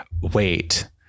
wait